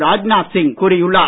ராஜ்நாத் சிங் கூறியுள்ளார்